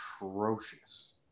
atrocious